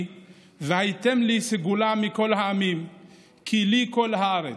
והייתם לי סגלה מכל העמים כי לי כל הארץ",